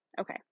Okay